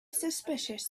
suspicious